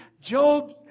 Job